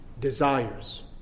desires